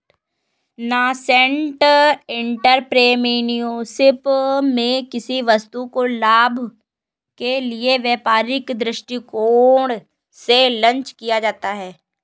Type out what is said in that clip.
nascent entrepreneurship में किसी वस्तु को लाभ के लिए व्यापारिक दृष्टिकोण से लॉन्च किया जाता है